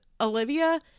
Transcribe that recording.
Olivia